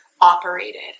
operated